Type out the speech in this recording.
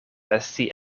esti